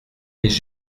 les